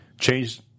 change